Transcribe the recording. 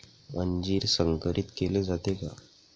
अंजीर संकरित केले जाते का?